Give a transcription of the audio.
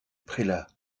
prélat